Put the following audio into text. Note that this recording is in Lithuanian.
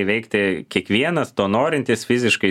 įveikti kiekvienas to norintis fiziškai